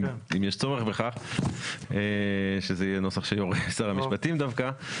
אם יש צורך בכך שזה יהיה נוסח שיורה שר המשפטים דווקא.